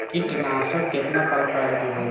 कीटनाशक केतना प्रकार के होला?